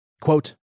Quote